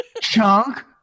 Chunk